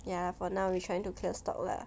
ya lah for now we trying to clear stock lah